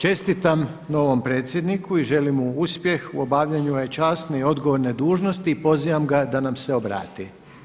Čestitam novom predsjedniku i želim mu uspjeh u obavljanju ove časne i odgovorne dužnosti i pozivam ga da nam se obrati.